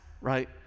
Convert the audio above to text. right